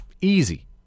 Easy